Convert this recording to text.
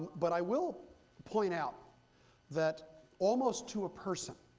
but i will point out that almost to a person,